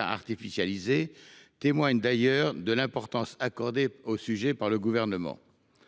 artificialisé, témoigne d'ailleurs de l'importance accordée au sujet par le Gouvernement.